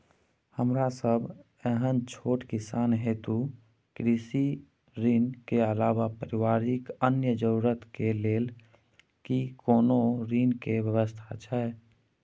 हमरा सब एहन छोट किसान हेतु कृषि ऋण के अलावा पारिवारिक अन्य जरूरत के लेल की कोनो ऋण के व्यवस्था छै?